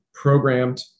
programmed